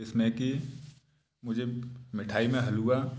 जिसमें की मुझे मिठाई में हलवा